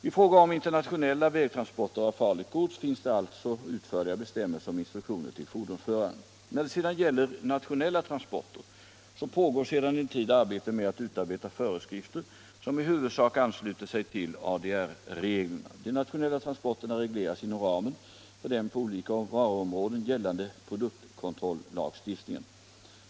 I fråga om internationella vägtransporter av farligt gods finns det alltså utförliga bestämmelser om instruktioner till fordonsföraren. När det sedan gäller nationella transporter pågår sedan en tid arbete med att utarbeta föreskrifter som i huvudsak ansluter till ADR-reglerna. De nationella transporterna regleras inom ramen för den på olika varuområden gällande produktkontrollagstiftningen.